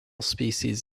species